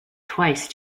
twice